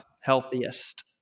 healthiest